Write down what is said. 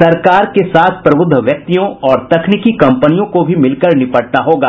सरकार के साथ प्रबुद्ध व्यक्तियों और तकनीकी कंपनियों को भी मिलकर निपटना होगा